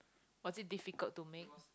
was it difficult to make